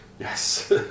Yes